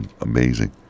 amazing